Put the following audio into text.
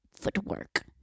footwork